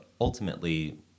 ultimately